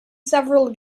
several